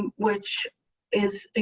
and which is, you